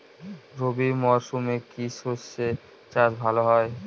রবি মরশুমে কি সর্ষে চাষ ভালো হয়?